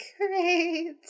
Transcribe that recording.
great